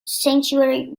sanctuary